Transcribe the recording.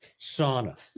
sauna